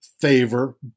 favor